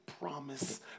promise